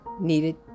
needed